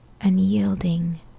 unyielding